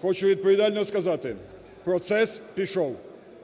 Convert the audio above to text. хочу відповідально сказати – процес пішов.